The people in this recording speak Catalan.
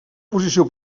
posició